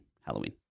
Halloween